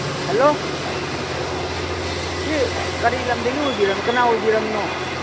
hello ꯁꯤ ꯀꯔꯤ ꯂꯝꯗꯒꯤ ꯑꯣꯏꯕꯤꯔꯝꯅꯣ ꯀꯅꯥ ꯑꯣꯏꯕꯤꯔꯝꯅꯣ